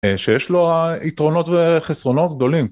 שיש לו יתרונות וחסרונות גדולים